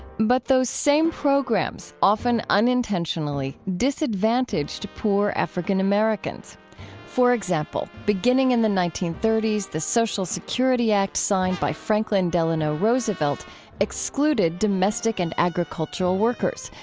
but those same programs often unintentionally disadvantaged poor african-americans for example, beginning in the nineteen thirty s, the social security act signed by franklin delano roosevelt excluded domestic and agricultural workers,